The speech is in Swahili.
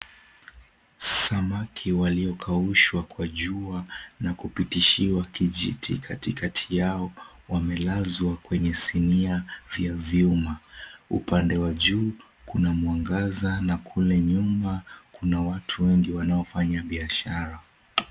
Samaki walio kaushwa kwa jua na lupitishiwa kijiti katikati yao wamelazwa kwenye sinia vya vyuma. Upande wajuu kuna mwangaza na kule nyuma kuna watu wengi wanaofanya bihashara.